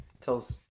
Tells